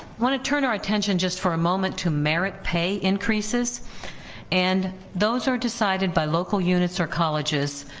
want to turn our attention just for a moment to merit pay increases and those are decided by local units or colleges